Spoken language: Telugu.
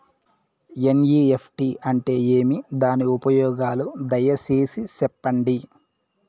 ఎన్.ఇ.ఎఫ్.టి అంటే ఏమి? దాని ఉపయోగాలు దయసేసి సెప్పండి?